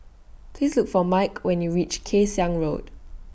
Please Look For Mike when YOU REACH Kay Siang Road